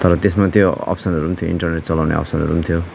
तर त्यसमा त्यो अप्सनहरू पनि थियो इन्टरनेट चलाउने अप्सनहरू पनि थियो